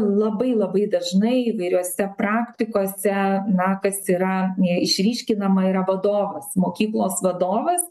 labai labai dažnai įvairiose praktikose na kas yra neišryškinama yra vadovas mokyklos vadovas